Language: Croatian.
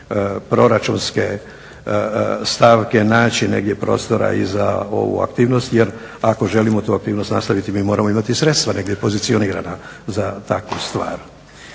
proračunske stavke naći negdje prostora i za ovu aktivnost jer ako želimo tu aktivnost nastaviti mi moramo imati sredstava negdje pozicionirana za takvu stvar.